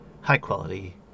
high-quality